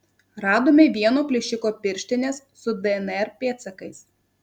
radome vieno plėšiko pirštines su dnr pėdsakais